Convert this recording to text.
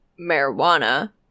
marijuana